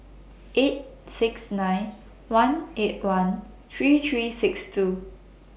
eight six nine one eight one three three six two